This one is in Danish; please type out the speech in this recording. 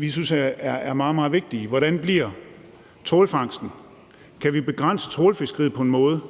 vi synes er meget, meget vigtige: Hvordan bliver trawlfangsten? Kan vi begrænse trawlfiskeriet på en måde,